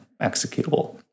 executable